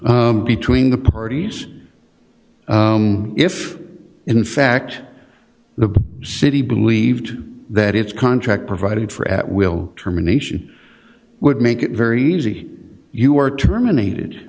g between the parties if in fact the city believed that its contract provided for at will terminations would make it very easy you are terminated